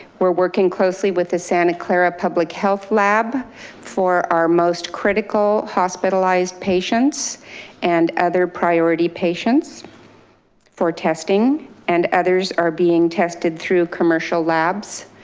we're working closely with the santa clara public health lab for our most critical hospitalized patients and other priority patients for testing testing and others are being tested through commercial labs.